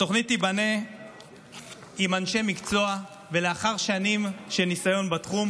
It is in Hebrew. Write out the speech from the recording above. התוכנית תיבנה עם אנשי מקצוע ולאחר שנים של ניסיון בתחום.